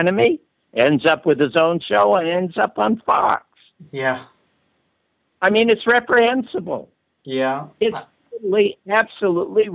enemy ends up with his own show and ends up on fox yeah i mean it's reprehensible yeah it's absolutely